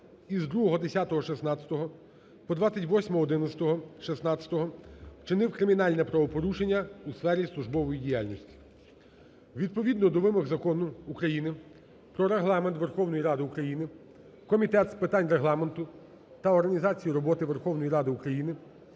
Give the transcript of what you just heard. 02.10.2016 по 19.06.2017 вчинив низку кримінальних правопорушень у сфері службової діяльності. Відповідно до вимог Закону України "Про Регламент Верховної Ради України" Комітет з питань Регламенту та організації роботи Верховної Ради України